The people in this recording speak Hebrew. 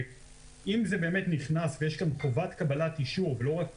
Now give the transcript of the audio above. אם זה באמת נכנס ויש חובת קבלת אישור ולא רק